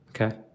Okay